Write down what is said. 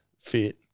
fit